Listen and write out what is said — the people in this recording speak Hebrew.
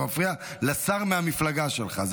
אתה מפריע לשר מהמפלגה שלך.